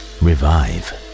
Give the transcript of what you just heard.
revive